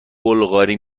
بلغاری